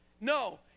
no